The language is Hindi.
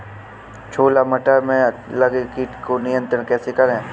छोला मटर में लगे कीट को नियंत्रण कैसे करें?